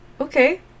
Okay